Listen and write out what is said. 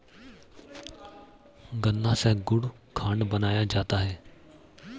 गन्ना से गुड़ खांड बनाया जाता है